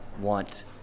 want